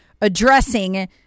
addressing